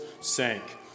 sank